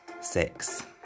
Six